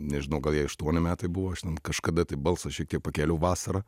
nežinau gal jai aštuoni metai buvo aš ten kažkada tai balsą šiek tiek pakeliau vasarą